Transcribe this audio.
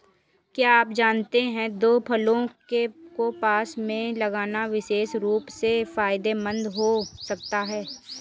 क्या आप जानते है दो फसलों को पास में लगाना विशेष रूप से फायदेमंद हो सकता है?